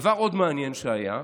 עוד דבר מעניין שהיה,